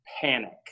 panic